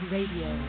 Radio